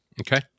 Okay